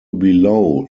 below